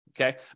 Okay